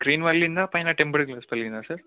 screen పగిలిందా పైన temper glass పగిలిందా సార్